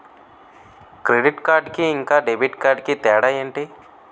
Credit card కి ఇంకా debit card కి తేడా ఏంటి?